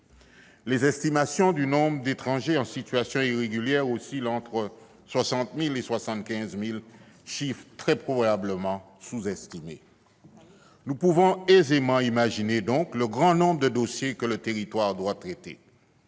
Les estimations du nombre d'étrangers en situation irrégulière oscillent entre 60 000 et 75 000 personnes, chiffres très probablement sous-estimés. Nous pouvons aisément imaginer le grand nombre de dossiers que le territoire doit traiter.